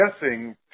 guessing